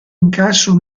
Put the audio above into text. incasso